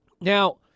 Now